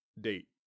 Date